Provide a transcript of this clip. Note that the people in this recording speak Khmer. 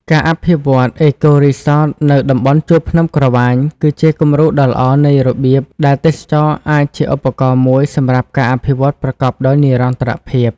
ការអភិវឌ្ឍ អេកូរីសតនៅតំំបន់ជួរភ្នំក្រវ៉ាញគឺជាគំរូដ៏ល្អនៃរបៀបដែលទេសចរណ៍អាចជាឧបករណ៍មួយសម្រាប់ការអភិវឌ្ឍប្រកបដោយនិរន្តរភាព។